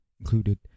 included